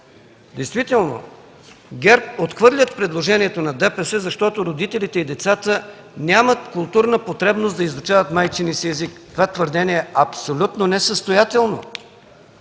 Действително ГЕРБ отхвърля предложението на ДПС, защото родителите и децата нямат културна потребност да изучават майчиния си език. Това твърдение е абсолютно несъстоятелно.